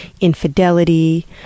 infidelity